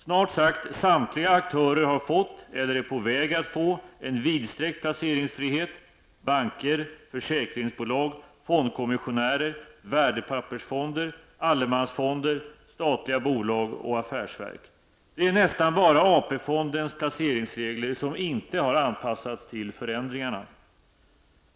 Snart sagt samtliga aktörer har fått eller är på väg att få en vidsträckt placeringsfrihet: banker, försäkringsbolag, fondkommissionärer, värdepappersfonder, allemansfonder, statliga bolag och affärsverk. Det är nästan bara AP-fondens placeringsregler som inte har anpassats till förändringarna.